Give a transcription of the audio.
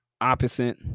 Opposite